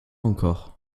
encore